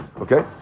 okay